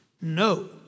No